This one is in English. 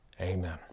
Amen